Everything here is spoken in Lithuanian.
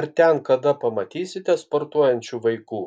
ar ten kada pamatysite sportuojančių vaikų